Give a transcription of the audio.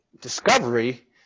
discovery